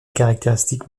caractéristiques